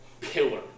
pillar